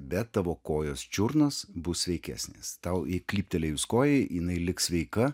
be tavo kojos čiurnos bus sveikesnės tau klyptelėjus kojai jinai liks sveika